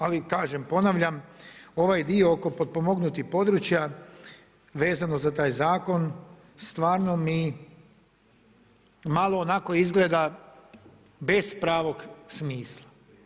Ali kažem, ponavljam ova dio oko potpomognutih područja, vezano za taj zakon stvarno mi malo onako izgleda bez pravog smisla.